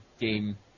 game